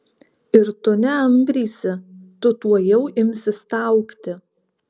ir tu neambrysi tu tuojau imsi staugti